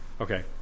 Okay